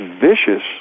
vicious